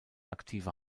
aktive